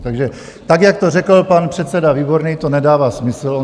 Takže tak, jak to řekl pan předseda Výborný, to nedává smysl.